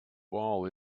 ball